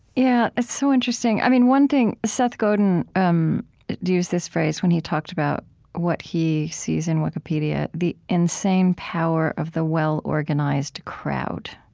yeah. it's so interesting. i mean, one thing seth godin um used this phrase when he talked about what he sees in wikipedia, the insane power of the well-organized crowd.